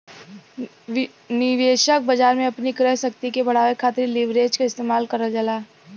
निवेशक बाजार में अपनी क्रय शक्ति के बढ़ावे खातिर लीवरेज क इस्तेमाल करल जाला